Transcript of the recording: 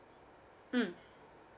mm